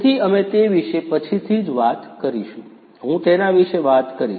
તેથી અમે તે વિશે પછીથી જ વાત કરીશું હું તેના વિશે વાત કરીશ